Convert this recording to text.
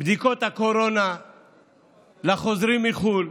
בדיקות הקורונה לחוזרים מחו"ל.